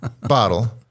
bottle